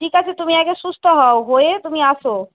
ঠিক আছে তুমি আগে সুস্থ হও হয়ে তুমি এসো